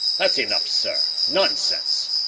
that's enough, sir. nonsense!